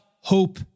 hope